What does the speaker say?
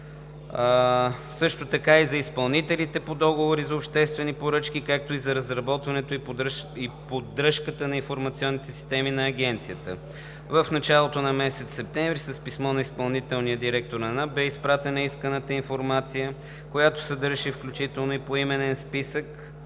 също така и за изпълнителите по договори за обществени поръчки, както и за разработването и поддръжката на информационните системи на Агенцията. В началото на месец септември с писмо на изпълнителния директор на НАП бе изпратена исканата информация, която съдържаше включително и поименен списък